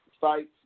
sites